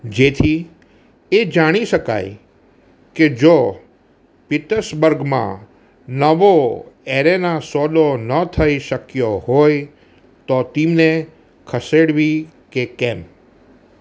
જેથી એ જાણી સશય કે જો પિટ્સબર્ગમાં નવો એરેના સોદો ન થઇ શક્યો હોય તો ટીમને ખસેડવી કે કેમ